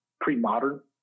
pre-modern